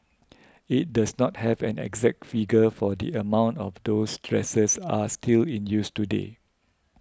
it does not have an exact figure for the amount of those dressers are still in use today